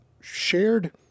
shared